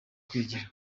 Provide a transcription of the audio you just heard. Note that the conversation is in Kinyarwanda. kwigira